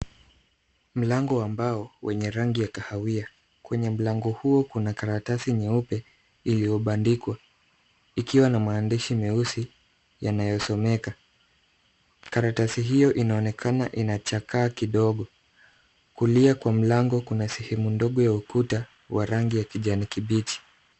Mlango wa mbao wenye rangi ya kahawia . Kwenye mlango huo kuna karatasi ya nyeupe iliyobandikwa ikiwa maandishi meusi yanayosomeka. Karatasi hiyo inaonekana inachakaa kidogo. Kulia kwa mlango kuna sehemu ndogo ya ukuta wa rangi ya kijani kibichi.